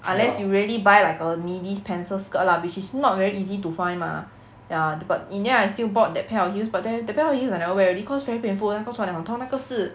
unless you really buy like a midi pencil skirt lah which is not very easy to find mah ya but in the end I still bought that pair of heels but tell you that pair of heels I never wear already cause very painful 那个穿了很痛那个是